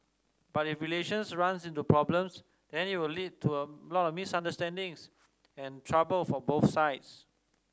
but if relations runs into problems then it will lead to a lot of misunderstandings and trouble for both sides